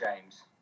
James